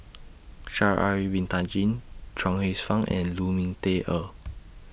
Sha'Ari Bin Tadin Chuang Hsueh Fang and Lu Ming Teh Earl